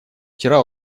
вчера